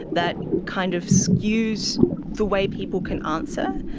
that kind of skews the way people can answer,